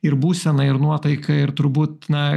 ir būsena ir nuotaika ir turbūt na